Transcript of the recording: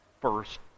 first